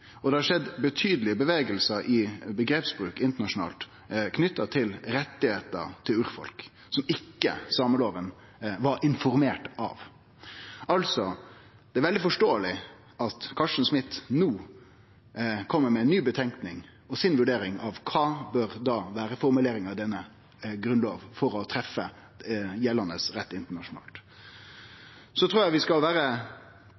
Det har skjedd betydelege bevegelsar i omgrepsbruk internasjonalt knytte til rettane til urfolk, som ikkje sameloven var informert av. Altså er det veldig forståeleg at Carsten Smith no kjem med ei ny utgreiing og si vurdering av kva formuleringa i Grunnloven bør vere, for å treffe gjeldande rett internasjonalt. Eg trur vi skal vere